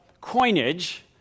coinage